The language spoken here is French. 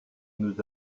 nous